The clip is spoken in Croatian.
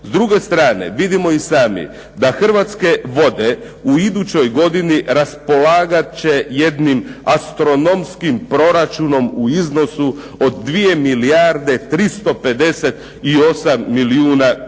S druge strane vidimo da Hrvatske vode u idućoj godini raspolagat će jednim astronomskim proračunom u iznosu od 2 milijarde 358 milijuna kuna.